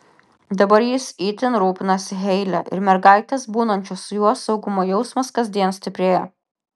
dabar jis itin rūpinasi heile ir mergaitės būnančios su juo saugumo jausmas kasdien stiprėja